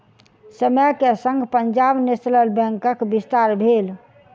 समय के संग पंजाब नेशनल बैंकक विस्तार भेल